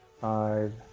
Five